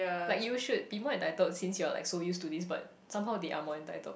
like you should be more entitled since you're like so used to this but somehow they are more entitled